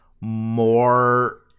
more